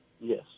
Yes